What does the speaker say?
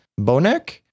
Bonek